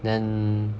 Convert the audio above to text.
then